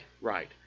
Right